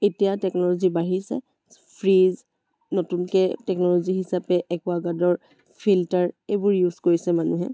এতিয়া টেকন'লজি বাঢ়িছে ফ্ৰিজ নতুনকৈ টেকন'লজি হিচাপে একুৱাগাৰ্ডৰ ফিল্টাৰ এইবোৰ ইউজ কৰিছে মানুহে